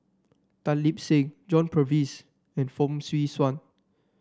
Tan Lip Seng John Purvis and Fong Swee Suan